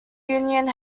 union